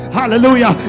hallelujah